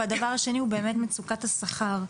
והדבר השני הוא באמת מצוקת השכר,